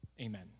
Amen